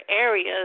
areas